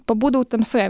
pabūdavau tamsoje